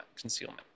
concealment